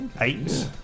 Eight